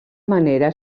manera